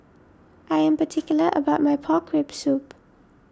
I am particular about my Pork Rib Soup